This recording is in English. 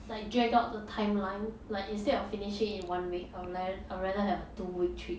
like drag out the timeline like instead of finishing in one week I'll ra~ I'll rather have a two week trip